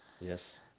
Yes